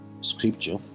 scripture